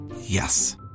Yes